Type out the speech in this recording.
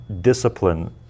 discipline